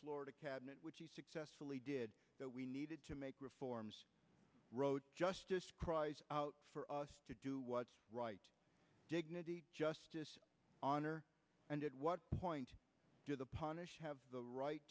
florida cabinet which he successfully did that we needed to make reforms road just cries out for us to do what's right dignity justice honor and at what point do the punished have the right